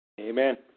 Amen